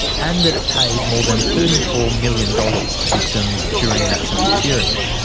and that it paid more than thirty four million dollars to victims during that same period.